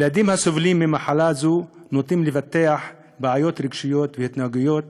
וילדים הסובלים מהמחלה נוטים לפתח בעיות רגשיות והתנהגויות